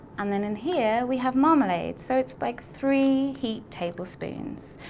and then in here we have marmalade. so, it's like three heap tablespoons.